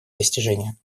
достижение